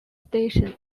station